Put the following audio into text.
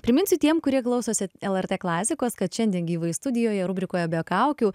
priminsiu tiem kurie klausosi lrt klasikos kad šiandien gyvai studijoje rubrikoje be kaukių